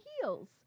heels